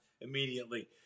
immediately